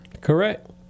Correct